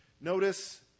Notice